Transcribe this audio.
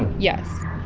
yes.